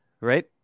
right